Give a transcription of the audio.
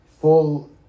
full